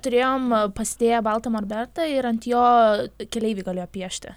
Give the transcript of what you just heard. turėjom pasidėję baltą molbertą ir ant jo keleiviai galėjo piešti